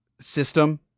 system